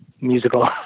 musical